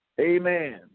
Amen